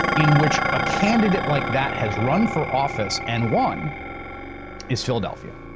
in which a candidate like that has run for office and won is philadelphia.